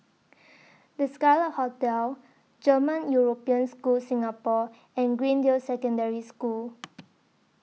The Scarlet Hotel German European School Singapore and Greendale Secondary School